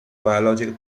biological